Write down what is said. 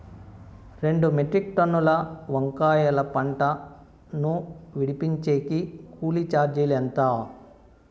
రెండు మెట్రిక్ టన్నుల వంకాయల పంట ను విడిపించేకి కూలీ చార్జీలు ఎంత?